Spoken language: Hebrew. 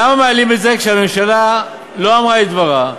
למה מעלים את זה כשהממשלה לא אמרה את דברה,